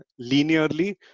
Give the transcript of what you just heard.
linearly